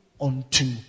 unto